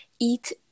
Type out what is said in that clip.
eat